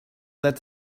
that